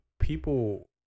people